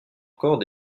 encore